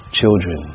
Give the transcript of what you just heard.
children